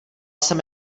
jsem